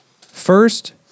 first